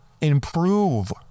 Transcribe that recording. improve